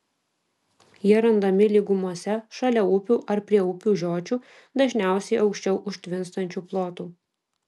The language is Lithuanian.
jie randami lygumose šalia upių ar prie upių žiočių dažniausiai aukščiau užtvinstančių plotų